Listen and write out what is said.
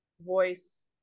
voice